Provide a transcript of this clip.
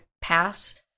pass